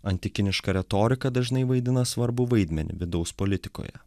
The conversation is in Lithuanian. retorika dažnai vaidina svarbų vaidmenį vidaus politikoje